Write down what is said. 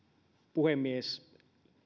puhemies